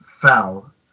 fell